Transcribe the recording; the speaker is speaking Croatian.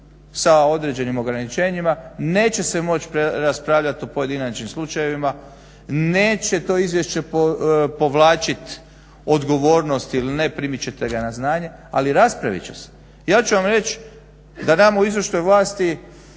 sa određenim ograničenjima. Neće se moći raspravljati o pojedinačnim slučajevima, neće to izvješće povlačiti odgovornost ili ne, primit ćete ga na znanje ali raspravit će se. Ja ću vam reći da nama u izvršnoj vlasti